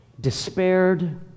despaired